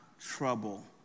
trouble